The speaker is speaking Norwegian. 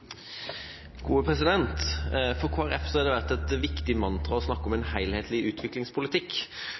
For Kristelig Folkeparti har det vært et viktig mantra å snakke om en helhetlig utviklingspolitikk.